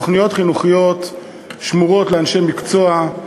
תוכניות חינוכיות שמורות לאנשי מקצוע,